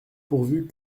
pourvu